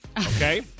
Okay